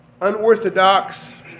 unorthodox